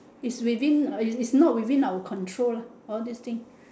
is within is not within our control lah all this thing